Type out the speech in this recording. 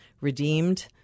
redeemed